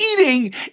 eating